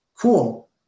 Cool